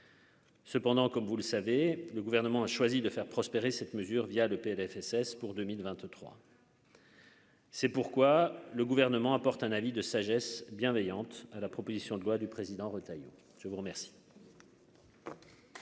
Cependant, comme vous le savez, le gouvernement a choisi de faire prospérer cette mesure via le Plfss pour 2023. C'est pourquoi le gouvernement apporte un avis de sagesse bienveillante à la proposition de loi du président Retailleau je vous remercie.